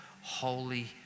holy